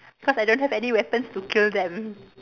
cause I don't have any weapons to kill them